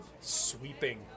sweeping